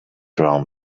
drown